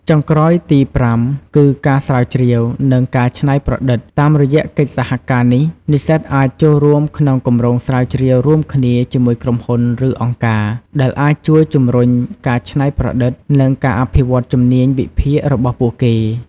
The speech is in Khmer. ចុងក្រោយទីប្រាំគឺ ការស្រាវជ្រាវ និងការច្នៃប្រឌិត តាមរយៈកិច្ចសហការនេះ និស្សិតអាចចូលរួមក្នុងគម្រោងស្រាវជ្រាវរួមគ្នាជាមួយក្រុមហ៊ុន ឬអង្គការ ដែលអាចជួយជំរុញការច្នៃប្រឌិត និងការអភិវឌ្ឍជំនាញវិភាគរបស់ពួកគេ។